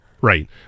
right